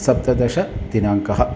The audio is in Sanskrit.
सप्तदशदिनाङ्कः